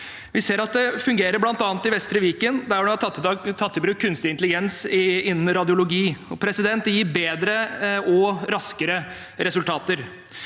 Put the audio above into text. Vi ser at det fungerer bl.a. i Vestre Viken, der de har tatt i bruk kunstig intelligens innen radiologi. Det gir bedre og raskere resultater.